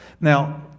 Now